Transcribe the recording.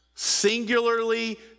singularly